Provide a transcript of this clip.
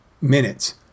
minutes